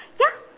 ya